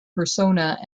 persona